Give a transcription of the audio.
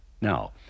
Now